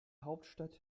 hauptstadt